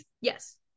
yes